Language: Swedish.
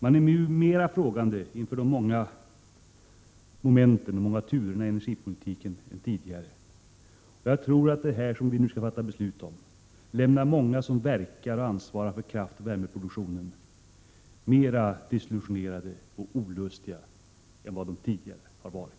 Man är nu mera frågande inför de många momenten och turerna i 2” energipolitiken än tidigare, och jag tror att det som vi nu skall fatta beslut om lämnar många som verkar inom och ansvarar för kraftoch värmeproduktionen mera desillusionerade och olustiga än vad de tidigare har varit.